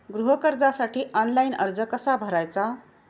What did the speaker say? गृह कर्जासाठी ऑनलाइन अर्ज कसा भरायचा?